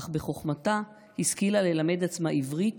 אך בחוכמתה השכילה ללמד עצמה עברית